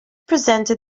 presented